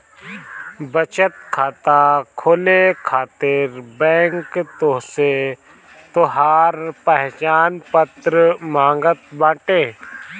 बचत खाता खोले खातिर बैंक तोहसे तोहार पहचान पत्र मांगत बाटे